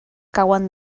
cauen